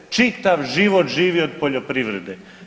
Čitav život živi od poljoprivrede.